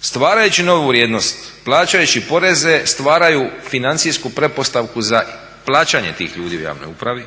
stvarajući novu vrijednost, plaćajući poreze, stvaraju financijsku pretpostavku za plaćanje tih ljudi u toj javnoj upravi